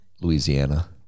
Louisiana